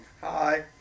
Hi